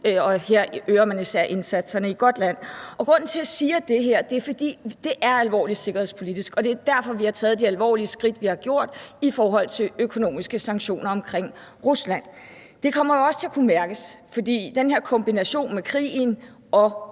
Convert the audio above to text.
og her øger man især indsatserne i Gotland. Grunden til, at jeg siger det her, er, at det er alvorligt sikkerhedspolitisk, og det er derfor, vi har taget de alvorlige skridt, vi har gjort, i forhold til økonomiske sanktioner overfor Rusland. Det kommer jo også til at kunne mærkes, for den her kombination af krigen og